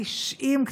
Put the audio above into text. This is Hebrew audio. תשעים,